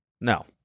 No